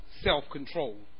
self-control